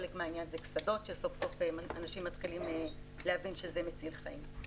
חלק מהעניין זה קסדות שסוף סוף אנשים מתחילים להבין שזה מציל חיים.